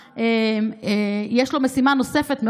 יש לו משימה נוספת,